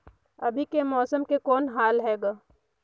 अभी के मौसम के कौन हाल हे ग?